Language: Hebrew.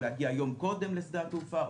או להגיע יום קודם לשדה התעופה,